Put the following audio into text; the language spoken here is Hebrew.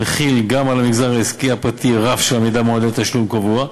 מחיל גם על המגזר העסקי הפרטי רף של עמידה במועדי תשלום קבועים,